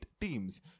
teams